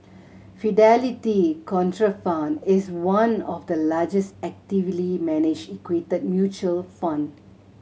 Fidelity Contrafund is one of the largest actively managed equity mutual fund